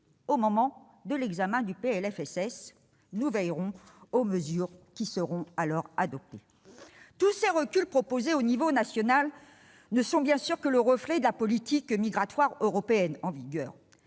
la sécurité sociale ... Nous veillerons aux mesures qui seront alors adoptées. Tous ces reculs proposés à l'échelle nationale ne sont bien sûr que le reflet de la politique migratoire européenne en vigueur.